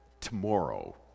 tomorrow